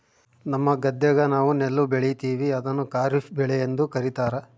ನಮ್ಮ ಗದ್ದೆಗ ನಾವು ನೆಲ್ಲು ಬೆಳೀತೀವಿ, ಅದನ್ನು ಖಾರಿಫ್ ಬೆಳೆಯೆಂದು ಕರಿತಾರಾ